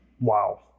Wow